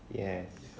yes